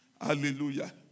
Hallelujah